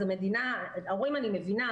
את ההורים אני מבינה,